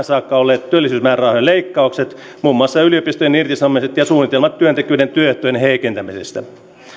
saakka olleet työllisyysmäärärahojen leikkaukset muun muassa yliopistojen irtisanomiset ja suunnitelmat työntekijöiden työehtojen heikentämisestä